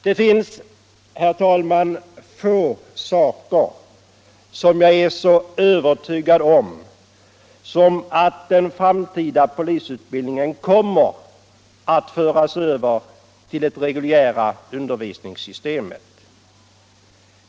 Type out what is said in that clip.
Det finns, herr talman, få saker jag är så övertygad om som att den framtida polisutbildningen kommer att föras över till det reguljära undervisningssystemet.